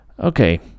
Okay